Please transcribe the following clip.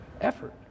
effort